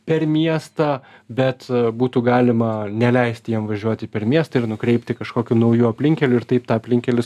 per miestą bet būtų galima neleisti jiem važiuoti per miestą ir nukreipti kažkokiu nauju aplinkkeliu ir taip tą aplinkkelį